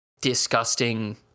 disgusting